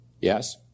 Yes